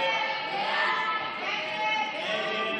של קבוצת סיעת הליכוד,